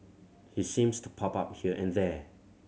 he seems to pop up here and there